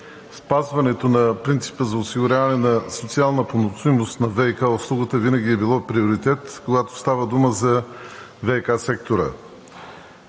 спазването на принципа за осигуряване на социална поносимост на ВиК услугата винаги е било приоритет, когато става дума за ВиК сектора.